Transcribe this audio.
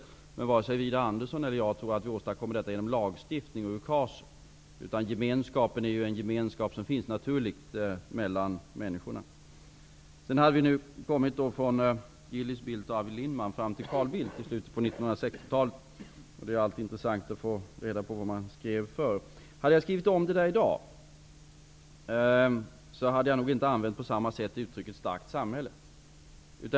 Men inte vare sig Widar Andersson eller jag tror att vi åstadkommer detta med hjälp av lagstiftning eller KAS. Gemenskapen finns naturligt mellan människorna. Vi har gått från Gillis Bildt och Arvid Lindman fram till Carl Bildt i slutet av 1960-talet. Det är alltid intressant att få reda på vad man skrev förr. Om jag hade skrivit om det där i dag hade jag nog inte använt uttrycket ''starkt samhälle'' på samma sätt.